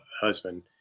husband